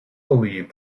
believed